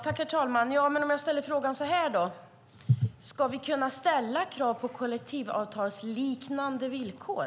Herr talman! Låt mig ställa frågan på följande sätt: Kan vi ställa krav på kollektivavtalsliknande villkor?